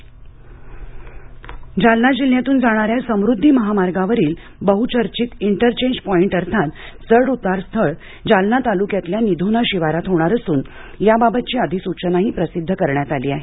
समुद्दी महामार्ग जालना जालना जिल्ह्यातून जाणाऱ्या समृध्दी महामार्गावरील बहुचर्चित इंटरचेंज पॉईट अर्थात चढ उतार स्थळ जालना तालुक्यातल्या निधोना शिवारात होणार असून याबाबतची अधिसूचनाही प्रसिध्द करण्यात आली आहे